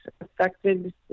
Affected